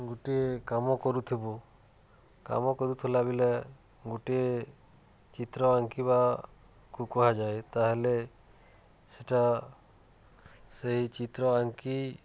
ଗୋଟିଏ କାମ କରୁଥିବୁ କାମ କରୁଥିଲା ବେଲେ ଗୋଟିଏ ଚିତ୍ର ଆଙ୍କିବାକୁ କୁହାଯାଏ ତା'ହେଲେ ସେଟା ସେଇ ଚିତ୍ର ଆଙ୍କି